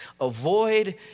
Avoid